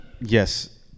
Yes